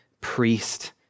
priest